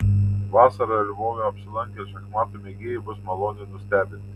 vasarą lvove apsilankę šachmatų mėgėjai bus maloniai nustebinti